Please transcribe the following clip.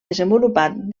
desenvolupat